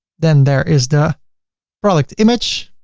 then there is the product image